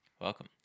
Welcome